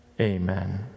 amen